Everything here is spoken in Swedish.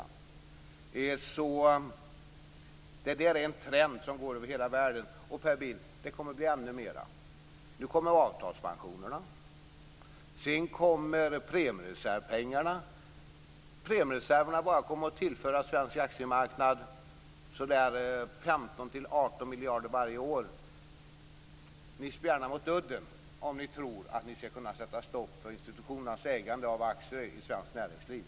Det är en trend över hela världen. Det kommer att bli ännu mer, Per Bill. Nu kommer avtalspensionerna. Sedan kommer premiereservpengarna. Premiereserverna kommer att tillföra svensk aktiemarknad 15-18 miljarder varje år. Ni spjärnar mot udden om ni tror att ni skall kunna sätta stopp för institutionernas ägande av aktier i svenskt näringsliv.